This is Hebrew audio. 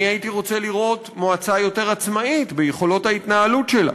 אני הייתי רוצה לראות מועצה יותר עצמאית ביכולות ההתנהלות שלה.